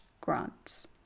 grants